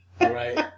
right